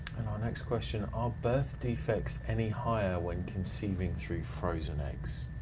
and our next question, are birth defects any higher when conceiving through frozen eggs?